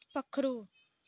पक्खरू